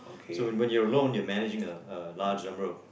so when when you're alone you're managing a a large number of